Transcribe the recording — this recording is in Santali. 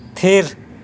ᱛᱷᱤᱨ